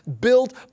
built